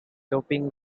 doping